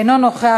אינו נוכח.